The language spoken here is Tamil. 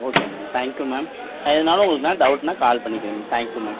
ஓகே மேம் தேங்க்யூ மேம் நான் எதுனாலும் உங்களுக்கு நான் டவுட்னால் கால் பண்ணிக்கிறேன் தேங்க்யூ மேம்